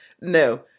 No